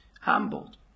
humbled